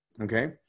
okay